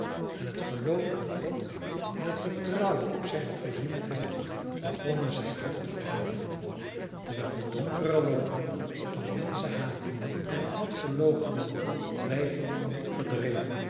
en het geloof aan god en het vertrouwen op zijne voorzienigheid begonnen zijn hart te verhelderen terwijl de donkere wolken van menschenhatende en godverloochenende twijfelingen verdreven